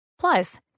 Plus